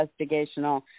investigational